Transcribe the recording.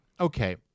okay